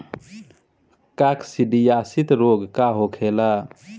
काकसिडियासित रोग का होखेला?